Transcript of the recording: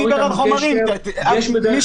אתנו קשר --- יוסי: מי דיבר על חומרים?